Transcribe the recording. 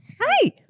hi